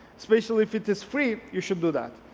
especially if it is free, you should do that.